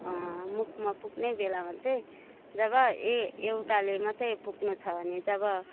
मुखमा पुग्ने बेलामा चाहिँ जब ए एउटाले मात्रै पुग्नु छ भने जब